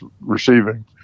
receiving